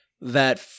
that-